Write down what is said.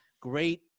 Great